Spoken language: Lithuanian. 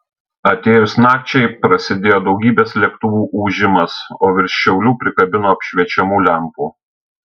atėjus nakčiai prasidėjo daugybės lėktuvų ūžimas o virš šiaulių prikabino apšviečiamų lempų